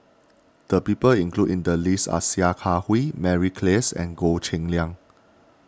the people included in the list are Sia Kah Hui Mary Klass and Goh Cheng Liang